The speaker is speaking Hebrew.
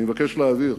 אני מבקש להבהיר: